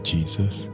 Jesus